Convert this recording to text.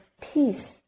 peace